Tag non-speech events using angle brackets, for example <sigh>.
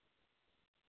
<unintelligible>